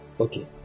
Okay